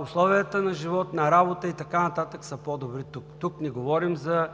условията на живот, на работа и така нататък са по-добри тук. Тук не говорим за